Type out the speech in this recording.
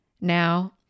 now